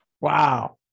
Wow